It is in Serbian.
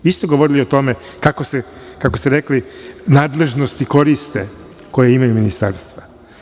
Vi ste govorili o tome, kako ste rekli, nadležnosti koriste, koje imaju ministarstva.